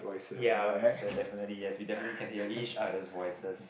ya so definitely yes we definitely can hear each other's voices